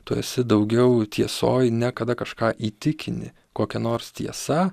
tu esi daugiau tiesoj ne kada kažką įtikini kokia nors tiesa